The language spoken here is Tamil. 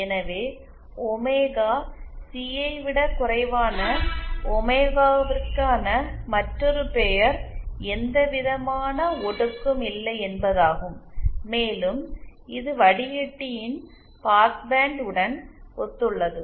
எனவே ஒமேகா சி ஐ விட குறைவான ஒமேகாவிற்கான மற்றொரு பெயர் எந்தவிதமான ஒடுக்கும் இல்லை என்பதாகும் மேலும் இது வடிக்கட்டியின் பாஸ்ட் பேண்ட் உடன் ஒத்துள்ளது